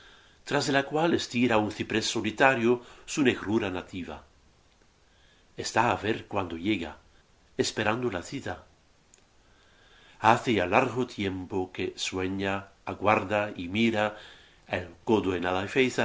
tras de la cual estira un ciprés solitario su negrura nativa está á ver cuándo llega esperando la cita hace ya largo tiempo que sueña aguarda y mira